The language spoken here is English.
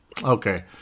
Okay